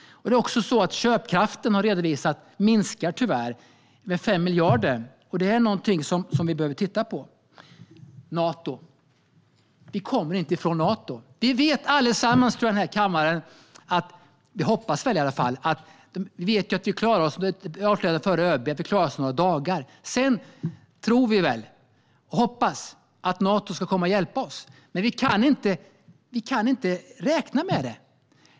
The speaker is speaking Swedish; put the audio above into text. Det är också så att köpkraften tyvärr minskar med 5 miljarder. Det är någonting som vi behöver titta på. Vi kommer inte ifrån Nato. Vi vet att vi klarar oss - det avslöjade förre ÖB - i några dagar. Sedan tror och hoppas vi väl att Nato ska komma och hjälpa oss. Men vi kan inte räkna med det.